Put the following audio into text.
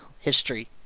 History